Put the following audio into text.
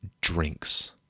drinks